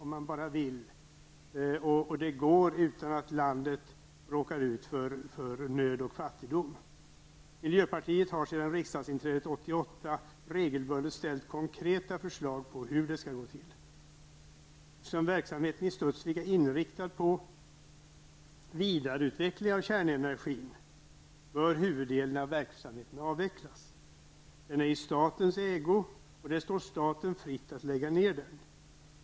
Det går att göra utan att landet råkar ut för nöd och fattigdom -- om man bara vill. Miljöpartiet har sedan riksdagsinträdet 1988 regelbundet framställt konkreta förslag på hur detta skall gå till. Eftersom verksamheten i Studsvik är inriktad på vidareutveckling av kärnenergin bör huvuddelen av verksamheten avvecklas. Den är i statens ägo, och det står staten fritt att lägga ned den.